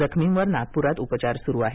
जखमींवर नागपुरात उपचार सुरु आहेत